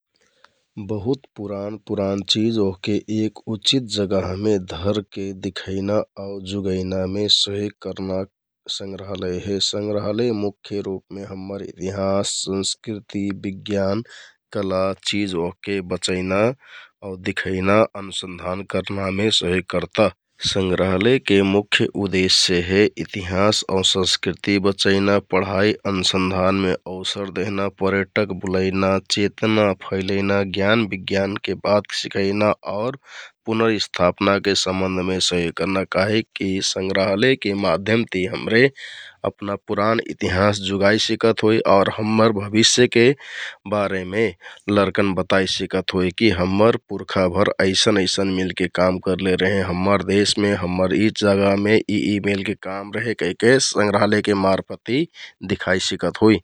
बहुत पुरान पुरान चिझ ओहके एक उचित जगहमे धरके दिखैना आउ जुगैनामे सहयोग करना संग्राहलय हे । संग्राहलय मुख्य रुपमे हम्मर इतिहाँस, संस्कृति, ज्ञान, बिज्ञान, कला, चिज ओहके बचैना आउ दिखैना, अनुसन्धान करनामे सहयोग करता । सँग्राहलयको मुख्य उदेश्य हे इतिहाँस आउ संस्कृति बचैना, पढाइ अनुसन्धानमे अवसर देहना, पर्यटक बुलैना चेतना फैलैना ज्ञान बिज्ञानके बात सिखैना आउर पुर्नस्थापनाके सम्बन्धमे सहयोग करना । काहिककि संग्राहलयके माध्यमति हमरे अपना पुरान इतिहाँस जुगाइ सिकत होइ आउर हम्मर भबिष्यके बारेमे लरकन बताइ सिकतय होइ । यहति हम्मर पुरखाभर अइसन अइसन मेलके काम करले रेहें । हम्मर देशमे, हम्मर यि जगहमे यि यि मेलके काम रेहे कहिके संग्राहलयके मार्फतति सिखाइ सिखत होइ ।